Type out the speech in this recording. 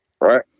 Right